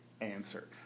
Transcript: answer